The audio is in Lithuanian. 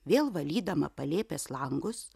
vėl valydama palėpės langus